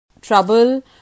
trouble